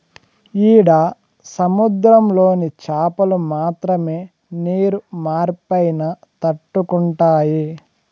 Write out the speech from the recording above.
ఈడ సముద్రంలోని చాపలు మాత్రమే నీరు మార్పైనా తట్టుకుంటాయి